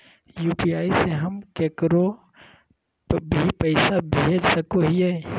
UPI से हम केकरो भी पैसा भेज सको हियै?